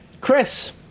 Chris